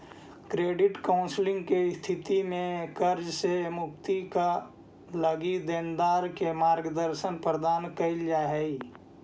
credit counselling के स्थिति में कर्ज से मुक्ति क लगी देनदार के मार्गदर्शन प्रदान कईल जा हई